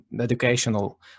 educational